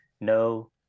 no